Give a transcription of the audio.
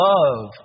Love